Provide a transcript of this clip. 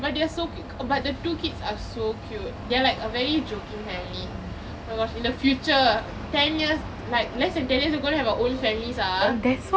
but they are so cute but the two kids are so cute they are like a very joking family oh my gosh in the future ten years like less than ten years I'm gonna have my own family ah